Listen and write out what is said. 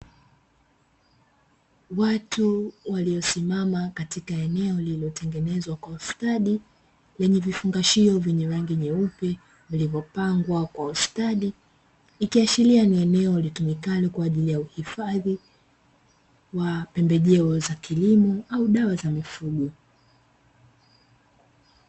Watu waliosimama katika eneo lililotengenezwa kwa ustadi, lenye vifungashio vyenye rangi nyeupe, vilivyopangwa kwa ustadi ikiashiria ni eneo litumikalo kwa ajili ya uhifadhi wa pembejeo za kilimo au dawa za mifugo.